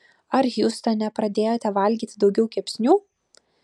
ar hjustone pradėjote valgyti daugiau kepsnių